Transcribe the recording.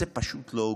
זה פשוט לא הוגן.